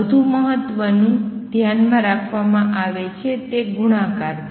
વધુ મહત્વનું ધ્યાન રાખવામાં આવે છે તે ગુણાકાર છે